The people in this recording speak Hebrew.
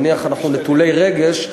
נניח אנחנו נטולי רגש,